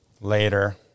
later